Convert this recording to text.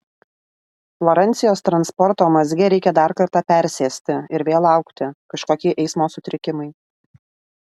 florencijos transporto mazge reikia dar kartą persėsti ir vėl laukti kažkokie eismo sutrikimai